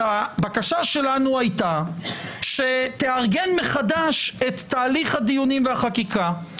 הבקשה שלנו הייתה שתארגן מחדש את תהליך הדיונים והחקיקה.